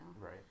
Right